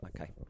Okay